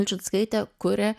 ulčickaitė kuria